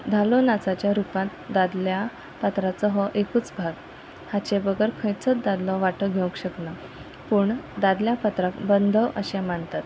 धालो नाचाच्या रुपांत दादल्या पात्राचो हो एकूच भाग हाचे बगर खंयचोच दादलो वाटो घेवंक शकना पूण दादल्या पात्राक बंद अशें मानतात